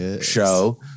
show